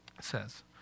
says